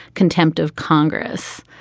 contempt of congress.